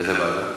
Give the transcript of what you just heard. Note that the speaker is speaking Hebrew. איזו ועדה?